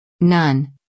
None